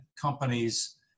companies